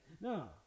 No